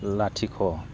लाथिख'